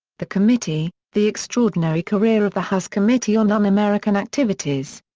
the committee the extraordinary career of the house committee on un-american activities.